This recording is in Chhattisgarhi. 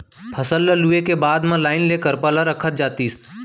फसल ल लूए के बाद म लाइन ले करपा ल रखत जातिस